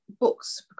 books